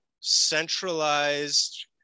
centralized